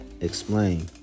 explain